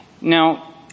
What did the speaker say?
Now